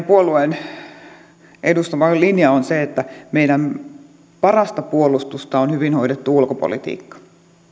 puolueen edustama linja on se että meillä parasta puolustusta on hyvin hoidettu ulkopolitiikka